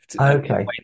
Okay